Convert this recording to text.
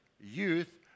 youth